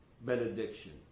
benediction